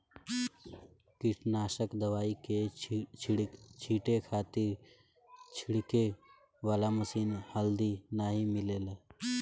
कीटनाशक दवाई के छींटे खातिर छिड़के वाला मशीन हाल्दी नाइ मिलेला